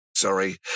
Sorry